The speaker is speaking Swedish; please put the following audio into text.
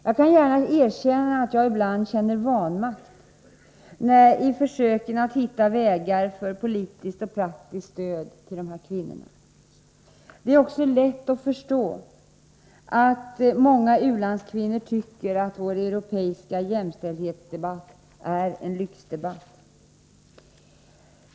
Jag kan gärna erkänna att jag ibland känner vanmakt i försöken att hitta vägar för politiskt och praktiskt stöd till dessa kvinnor. Det är också lätt att förstå att många u-landskvinnor tycker att vår europeiska jämställdhetsdebatt är en lyxdebatt.